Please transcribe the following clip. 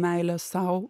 meilės sau